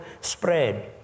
spread